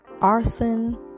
Arson